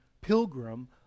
pilgrim